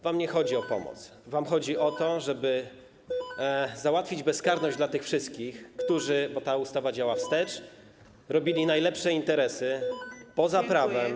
Wam nie chodzi o pomoc, wam chodzi o to, żeby załatwić bezkarność dla tych wszystkich - bo ta ustawa działa wstecz - którzy robili najlepsze interesy poza prawem.